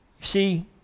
See